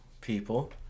people